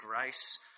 grace